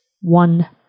one